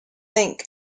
think